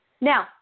Now